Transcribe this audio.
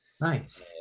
Nice